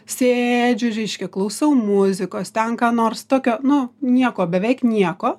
sėdžiu reiškia klausau muzikos ten ką nors tokio nu nieko beveik nieko